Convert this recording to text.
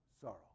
sorrow